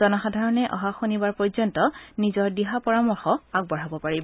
জনসাধাৰণে অহা শনিবাৰ পৰ্যন্ত নিজৰ দিহা পৰামৰ্শ আগবঢ়াব পাৰিব